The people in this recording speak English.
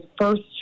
first